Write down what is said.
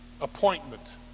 appointment